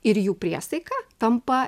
ir jų priesaika tampa